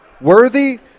Worthy